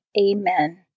Amen